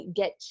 get